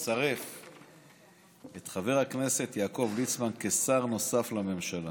לצרף את חבר הכנסת יעקב ליצמן כשר נוסף לממשלה.